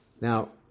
Now